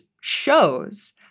shows